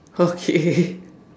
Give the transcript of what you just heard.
okay